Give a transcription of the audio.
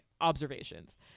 observations